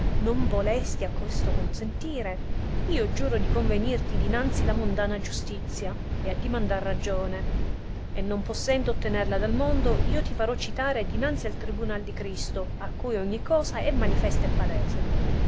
non volesti a questo consentire io giuro di convenirti dinanzi la mondana giustizia e addimandar ragione e non possendo ottenerla dal mondo io ti farò citare dinanzi al tribunal di cristo a cui ogni cosa è manifesta e palese